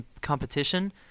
competition